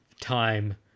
time